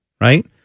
right